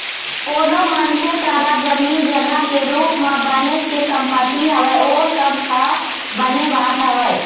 कोनो मनखे करा जमीन जघा के रुप म बनेच के संपत्ति हवय ओ सब ह बने बात हवय